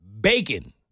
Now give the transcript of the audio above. bacon